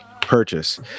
purchase